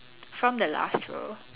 from the last row